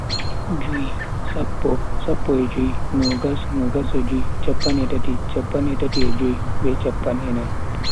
Jui, sappo, sappo e jui, nogas, nogas e jui, chappan e tati, chappan e tati e jui be chappan e nai.